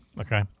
Okay